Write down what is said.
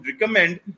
recommend